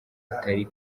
atari